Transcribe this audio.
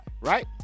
right